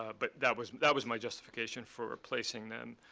but that was that was my justification for placing them